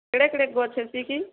କେଡ଼େ କେଡ଼େ ଗଛ୍ ହେସି କି